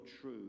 true